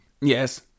Yes